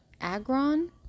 Agron